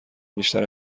بیشتر